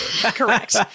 Correct